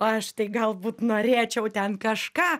aš tai galbūt norėčiau ten kažką